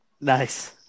Nice